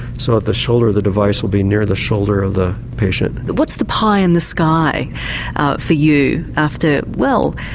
so the shoulder of the device will be near the shoulder of the patient. what's the pie in the sky for you after, well,